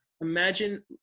Imagine